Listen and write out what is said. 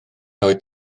oedd